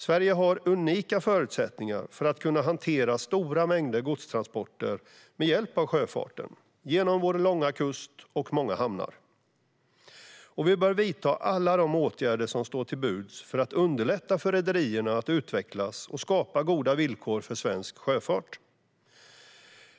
Sverige har unika förutsättningar för att kunna hantera stora mängder godstransporter med hjälp av sjöfarten genom vår långa kust och många hamnar. Vi bör vidta alla de åtgärder som står till buds för att underlätta för rederierna att utvecklas, och skapa goda villkor för svensk sjöfart.